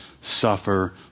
suffer